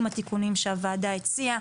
עם התיקונים שהוועדה הציעה.